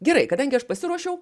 gerai kadangi aš pasiruošiau